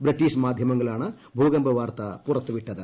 British മാധ്യമങ്ങളാണ് ഭൂകമ്പ വാർത്ത പുറത്തുവിട്ടത്